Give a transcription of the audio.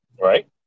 Right